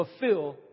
fulfill